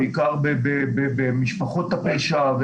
בעיקר במשפחות הפשע,